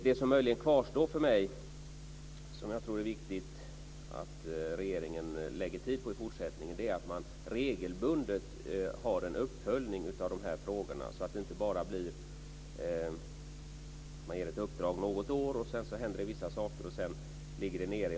Det som möjligen kvarstår för mig, som jag tror är viktigt att regeringen lägger ned tid på i fortsättningen, är att man regelbundet har en uppföljning av de här frågorna, så att man inte bara ger ett uppdrag något år, det händer vissa saker och sedan ligger det nere.